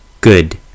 good